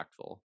impactful